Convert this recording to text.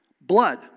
Blood